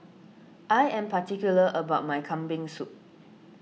I am particular about my Kambing Soup